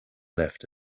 left